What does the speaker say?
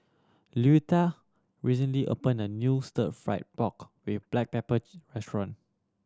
Luetta recently opened a new Stir Fried Pork With Black Pepper restaurant